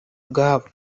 ubwabo